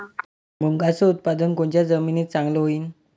मुंगाचं उत्पादन कोनच्या जमीनीत चांगलं होईन?